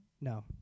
No